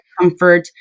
comfort